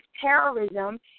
terrorism